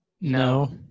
No